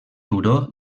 turó